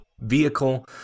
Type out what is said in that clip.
vehicle